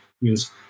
use